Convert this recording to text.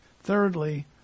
Thirdly